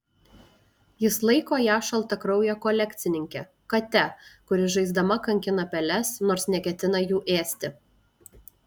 jis laiko ją šaltakrauje kolekcininke kate kuri žaisdama kankina peles nors neketina jų ėsti